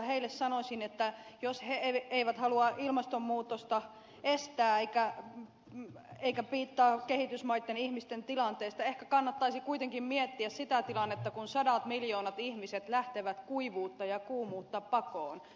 heille sanoisin että jos he eivät halua ilmastonmuutosta estää eivätkä piittaa kehitysmaitten ihmisten tilanteesta ehkä kannattaisi kuitenkin miettiä sitä tilannetta kun sadat miljoonat ihmiset lähtevät kuivuutta ja kuumuutta pakoon